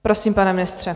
Prosím, pane ministře.